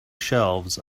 shelves